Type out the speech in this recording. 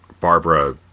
Barbara